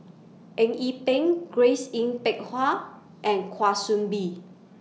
Eng Yee Peng Grace Yin Peck Ha and Kwa Soon Bee